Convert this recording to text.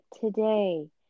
today